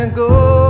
go